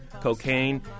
cocaine